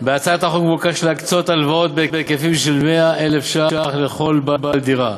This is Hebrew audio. בהצעת החוק מבוקש להקצות הלוואות בהיקפים של 100,000 ש"ח לכל בעל דירה.